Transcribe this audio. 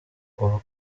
ubu